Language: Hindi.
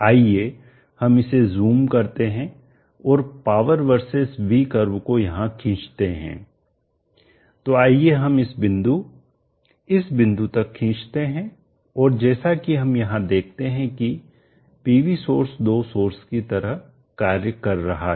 आइए हम इसे ज़ूम करते हैं और पावर वर्सेज v कर्व को यहां खींचते हैं तो आइए हम इस बिंदु इस बिंदु तक खींचते हैं और जैसा कि हम यहां देखते हैं कि पीवी सोर्स 2 सोर्स की तरह कार्य कर रहा है